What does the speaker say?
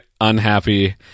unhappy